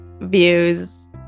views